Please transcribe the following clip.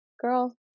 girl